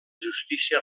justícia